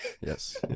Yes